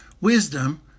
Wisdom